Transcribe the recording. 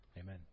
Amen